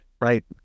right